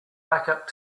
backup